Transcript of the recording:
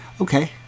Okay